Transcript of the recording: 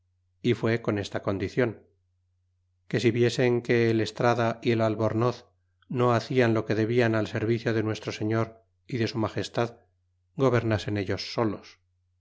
y fué con esta condicion que si viesen que el estrada y el albornoz no hacian lo que debian al servicio de nuestro señor y de su magestad gobernasen ellos solos